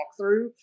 walkthrough